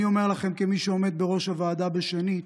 אני אומר לכם, כמי שעומד בראש הוועדה שנית: